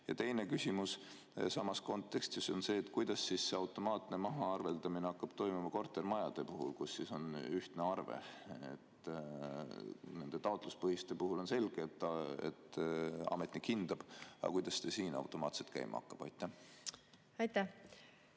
tehtud? Teine küsimus samas kontekstis on see: kuidas see automaatne mahaarveldamine hakkab toimuma kortermajade puhul, kus on ühtne arve? Nende taotluspõhiste puhul on selge, et ametnik hindab, aga kuidas see automaatselt käima hakkab? Aitäh!